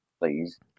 please